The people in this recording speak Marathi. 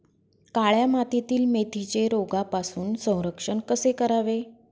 काळ्या मातीतील मेथीचे रोगापासून संरक्षण कसे करावे?